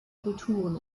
kulturen